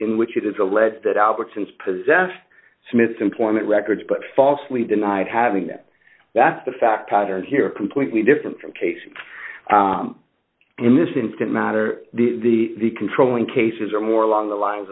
in which it is alleged that albertsons possessed smith's employment records but falsely denied having that that's the fact pattern here are completely different from case in this instance matter the the controlling cases are more along the lines